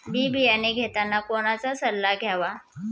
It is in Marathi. बी बियाणे घेताना कोणाचा सल्ला घ्यावा?